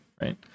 right